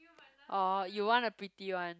oh you want a pretty one